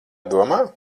domā